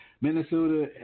Minnesota